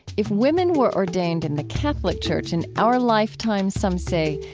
if women were ordained in the catholic church in our lifetime, some say,